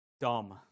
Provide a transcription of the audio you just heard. dumb